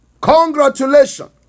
Congratulations